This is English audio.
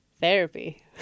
therapy